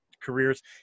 careers